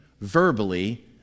verbally